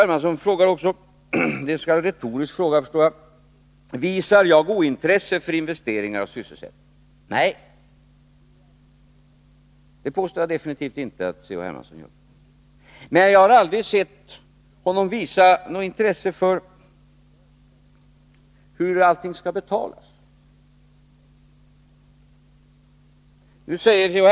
Hermansson ställer också en retorisk fråga till mig, om han visar — m.m. ointresse för investeringar och sysselsättning. Nej, det påstår jag definitivt inte att C.-H. Hermansson gör, men jag har aldrig sett honom visa något intresse för hur allting skall betalas. Nu säger C.-H.